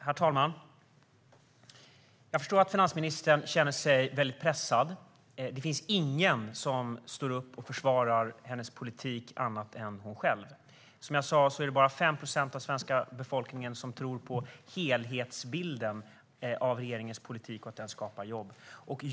Herr talman! Jag förstår att finansministern känner sig mycket pressad. Det finns ingen annan än hon själv som står upp och försvarar hennes politik. Som jag sa är det bara 5 procent av den svenska befolkningen som tror på helhetsbilden av regeringens politik och som tror att den skapar jobb.